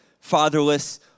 fatherless